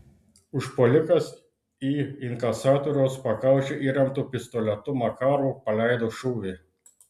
užpuolikas į inkasatoriaus pakaušį įremtu pistoletu makarov paleido šūvį